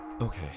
Okay